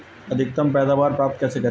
अधिकतम पैदावार प्राप्त कैसे करें?